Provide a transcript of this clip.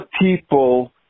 people